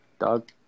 dog